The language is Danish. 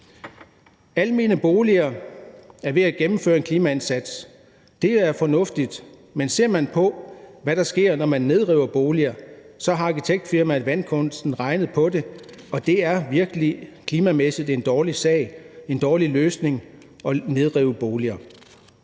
Almene boliger er ved at få gennemført en klimaindsats. Det er fornuftigt. Men ser man på, hvad der sker, når man nedriver boliger, så har arkitektfirmaet Vandkunsten regnet på det, og det er virkelig klimamæssigt en dårlig sag, en dårlig løsning at nedrive boliger.